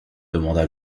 demanda